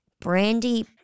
Brandy